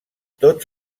tots